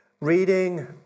reading